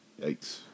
Yikes